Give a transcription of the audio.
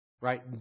Right